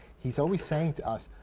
he's always saying to us,